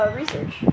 research